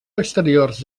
exteriors